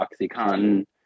oxycontin